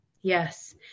Yes